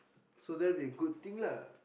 so that will be a good thing lah